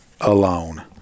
alone